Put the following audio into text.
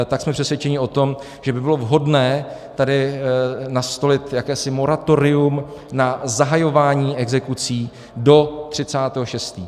Tak jsme přesvědčeni o tom, že by bylo vhodné tady nastolit jakési moratorium na zahajování exekucí do 30. 6.